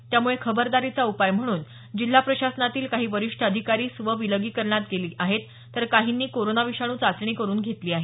त्यामुळे खबरदारीचा उपाय म्हणून जिल्हा प्रशासनातील काही वरिष्ठ अधिकारी स्व विलगीकरणात गेले आहेत तर काहींनी कोरोना विषाणू चाचणी करून घेतली आहे